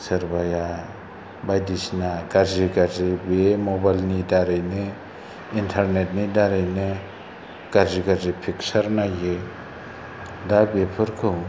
सोरबाया बायदिसिना गाज्रि गाज्रि बेयो मबाइलनि दारैनो इन्टारनेटनि दारैनो गाज्रि गाज्रि फिकसार नायो दा बेफोरखौ